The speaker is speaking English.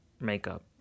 makeup